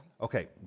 Okay